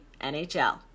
NHL